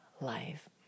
life